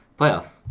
Playoffs